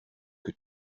que